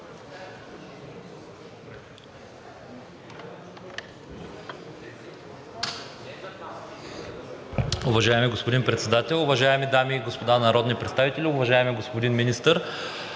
Уважаеми господин Председател, уважаеми дами и господа народни представители, уважаеми господин Министър!